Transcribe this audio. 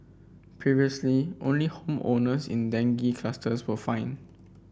previously only home owners in dengue clusters were fined